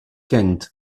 kent